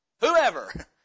Whoever